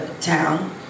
town